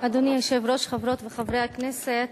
אדוני היושב-ראש, חברות וחברי הכנסת,